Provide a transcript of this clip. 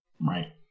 Right